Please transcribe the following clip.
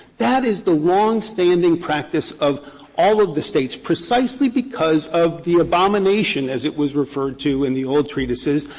that is the long-standing practice of all of the states, precisely because of the abomination, as it was referred to in the old treatises,